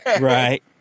right